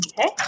Okay